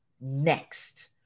next